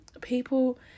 people